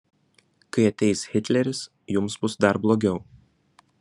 kai ateis hitleris jums bus dar blogiau